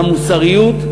על המוסריות,